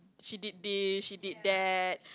she did this she did that